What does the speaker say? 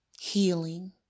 healing